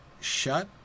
shut